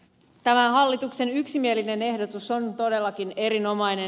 tämä hallituksen yksimielinen ehdotus on todellakin erinomainen